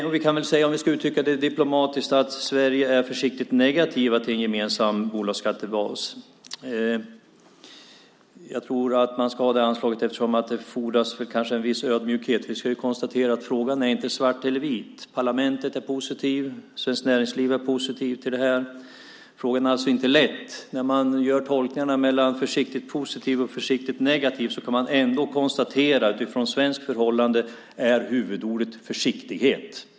Om vi ska uttrycka det diplomatiskt kan vi säga att Sverige är försiktigt negativt till en gemensam bolagsskattebas. Man ska nog ha det anslaget. Det fordras kanske en viss ödmjukhet. Frågan är inte svart eller vit. Parlamentet är positivt och Svenskt Näringsliv är positivt till detta. Det är alltså ingen lätt fråga. När man gör tolkningar mellan försiktigt positiv och försiktigt negativ kan man konstatera att för svensk del är huvudordet försiktighet.